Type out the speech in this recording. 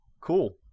cool